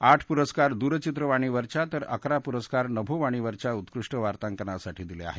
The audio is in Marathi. आठ पुरस्कार दूरचित्रवाणीवरच्या तर अकरा पुरस्कार नभोवाणीवरच्या उत्कृष्ट वार्तांकनासाठी दिले आहेत